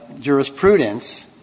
jurisprudence